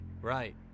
right